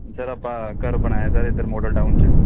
sir ਆਪਾਂ ਘਰ ਬਣਾਇਆ ਸਰ ਇੱਧਰ ਮਾਡਲ ਟਾਊਨ 'ਚ